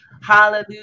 hallelujah